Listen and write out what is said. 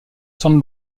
san